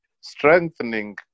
Strengthening